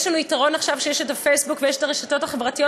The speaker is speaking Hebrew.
יש לנו יתרון עכשיו שיש את הפייסבוק ויש את הרשתות החברתיות,